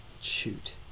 shoot